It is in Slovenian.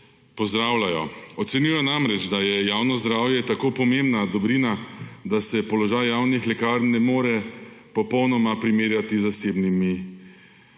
pozdravljajo. Ocenjujejo namreč, da je javno zdravje tako pomembna dobrina, da se položaj javnih lekarn ne more popolnoma primerjavi z zasebnimi